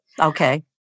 Okay